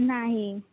नाही